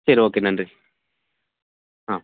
சரி ஓகே நன்றி ஆ